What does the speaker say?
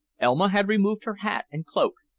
elma had removed her hat and cloak,